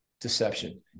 deception